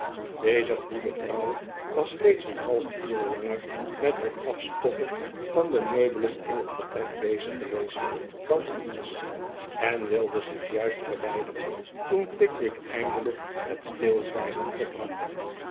deze goede vrouw was reeds een half uur langer met het afstoffen van de meubelen in het vertrek bezig geweest dan anders en wilde zich juist verwijderen toen pickwick eindelijk het stilzwijgen verbrak